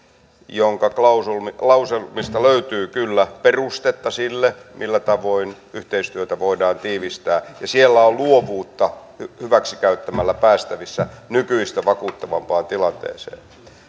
jonka lauselmista lauselmista löytyy kyllä perustetta sille millä tavoin yhteistyötä voidaan tiivistää ja siellä on luovuutta hyväksi käyttämällä päästävissä nykyistä vakuuttavampaan tilanteeseen